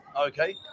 Okay